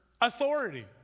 authority